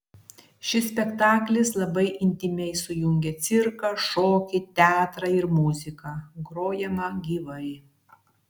šis spektaklis labai intymiai sujungia cirką šokį teatrą ir muziką grojamą gyvai